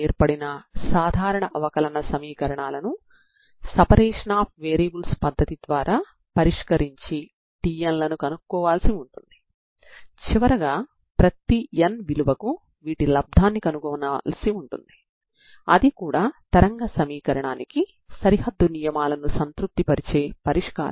ఇప్పుడు w కూడా తరంగ సమీకరణానికి పరిష్కారం అవుతుంది ఎందుకంటే u1 మరియు u2లు సమీకరణాన్ని సంతృప్తి పరుస్తాయి